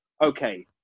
okay